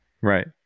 Right